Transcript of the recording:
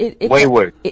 Wayward